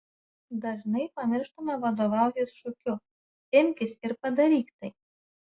dažnai pamirštame vadovautis šūkiu imkis ir padaryk tai